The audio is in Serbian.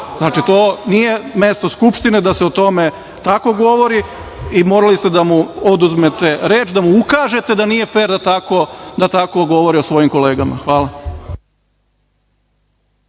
Znači, to nije mesto Skupštine da se o tome tako govori i morali ste da mu oduzmete reč, da mu ukažete da nije fer da tako govori o svojim kolegama. Hvala.